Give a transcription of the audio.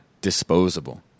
disposable